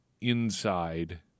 inside